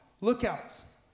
lookouts